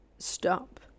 stop